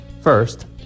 First